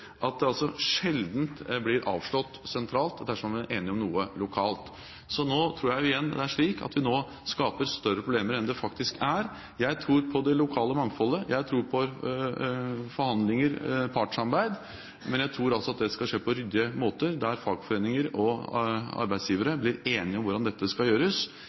at det sjelden blir avslått sentralt dersom man er enig om noe lokalt. Så jeg tror at vi nå skaper større problemer enn det faktisk er. Jeg tror på det lokale mangfoldet. Jeg tror på forhandlinger, på partssamarbeid, men at det skal skje på ryddige måter, der fagforeninger og arbeidsgivere blir enige om hvordan dette skal gjøres.